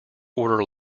order